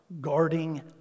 guarding